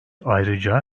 ayrıca